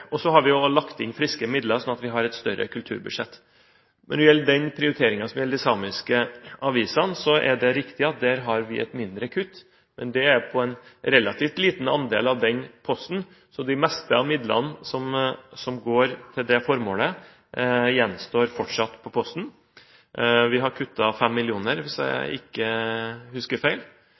omprioritert. Så har vi lagt inn friske midler, slik at vi har et større kulturbudsjett. Når det gjelder den prioriteringen som gjelder de samiske avisene, er det riktig at vi har et mindre kutt, men det er en relativt liten andel av den posten. Det meste av midlene som går til dette formålet, gjenstår fortsatt på posten. Vi har kuttet 5 mill. kr, hvis jeg ikke husker feil.